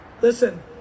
Listen